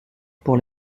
pour